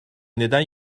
neden